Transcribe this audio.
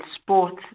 sports